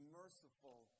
merciful